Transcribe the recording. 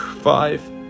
Five